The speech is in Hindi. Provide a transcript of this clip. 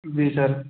जी सर